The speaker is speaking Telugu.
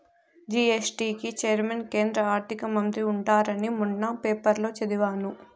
జీ.ఎస్.టీ కి చైర్మన్ కేంద్ర ఆర్థిక మంత్రి ఉంటారని మొన్న పేపర్లో చదివాను